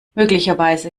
möglicherweise